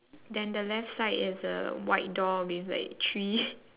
then the left side is a white door with like tree